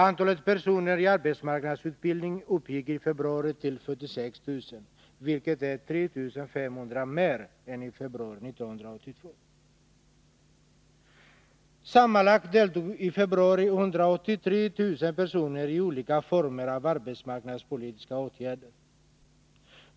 Antalet personer i arbetsmarknadsutbildning uppgick i februari till 46 000, vilket är 3 400 mer än i februari 1982. Sammanlagt deltog i februari 183 000 personer i olika former av arbetsmarknadspolitiska åtgärder.